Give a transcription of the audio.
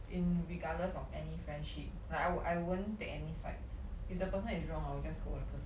in regardless of any friendship like I won't I won't take any sides if the person is wrong I will just scold the person